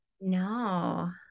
No